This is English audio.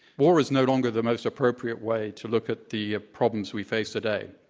war is no longer the most appropriate way to look at the problems we face today.